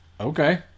Okay